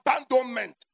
abandonment